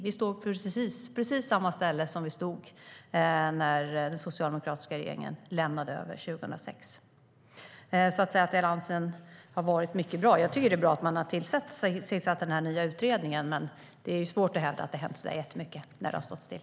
Vi står på precis samma ställe som vi stod när den socialdemokratiska regeringen lämnade över 2006. Det var bra att Alliansen tillsatte den nya utredningen, men det är svårt att hävda att det har hänt särskilt mycket när det har stått still.